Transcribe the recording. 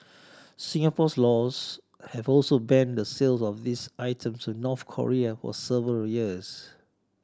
Singapore's laws have also banned the sales of these items to North Korea for several years